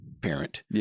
parent